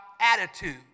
attitude